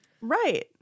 Right